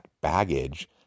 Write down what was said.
baggage